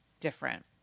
different